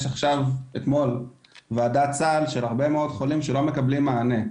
יש עכשיו ועדת סל עם הרבה מאוד חולים שלא מקבלים מענה.